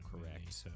Correct